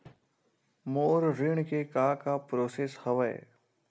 मोर ऋण के का का प्रोसेस हवय?